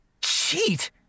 Cheat